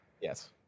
Yes